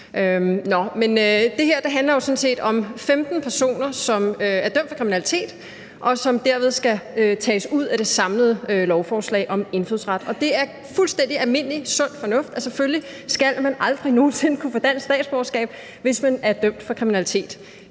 jo sådan set om 15 personer, som er dømt for kriminalitet, og som derfor skal tages ud af det samlede lovforslag om indfødsrets meddelelse. Og det er fuldstændig almindelig sund fornuft, at man selvfølgelig aldrig nogen sinde skal kunne få dansk statsborgerskab, hvis man er dømt for kriminalitet.